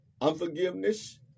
unforgiveness